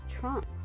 Trump